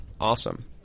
awesome